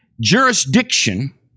jurisdiction